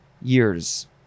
years